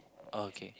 okay